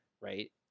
right